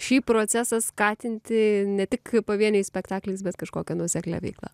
šį procesą skatinti ne tik pavieniais spektakliais bet kažkokia nuoseklia veikla